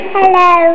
Hello